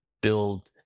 build